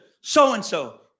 so-and-so